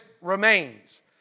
remains